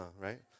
right